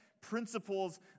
principles